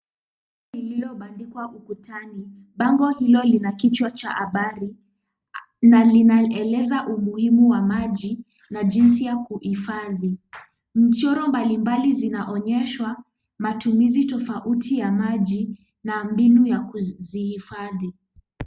Lililobandikwa ukutani. Bango hilo lina kichwa cha habari na linaeleza umuhimu wa maji na jinsi ya kuhifadhi. Mchoro mbalimbali zinaonyeshwa matumizi tofauti ya maji na mbinu ya kuzihidfadhi.